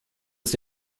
ist